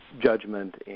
judgment